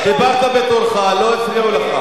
דיברת בתורך, לא הפריעו לך.